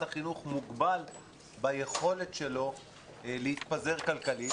החינוך מוגבל ביכולת שלו להתפזר כלכלית.